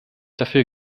dafür